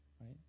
right